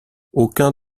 aucun